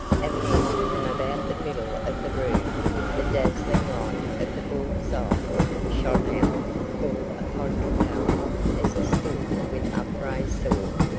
and then from about the middle of the room the dazzling light of the bull's-eye shone out full upon capel as he stood with upraised sword,